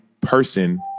person